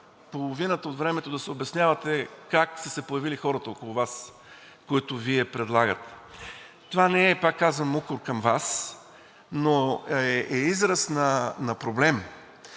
половината от времето да се обяснявате как са се появили хората около Вас, които Вие предлагате. Това не е, пак казвам, укор към Вас, но е израз на проблем.